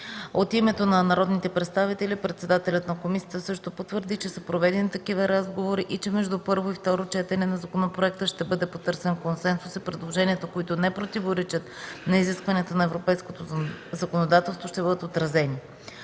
От името на народните представители, председателят на комисията също потвърди, че са проведени такива разговори и че между първо и второ четене на законопроекта ще бъде потърсен консенсус и предложенията, които не противоречат на изискванията на европейското законодателство, ще бъдат отразени.